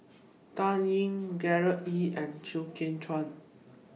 Dan Ying Gerard Ee and Chew Kheng Chuan